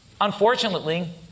unfortunately